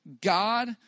God